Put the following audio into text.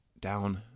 down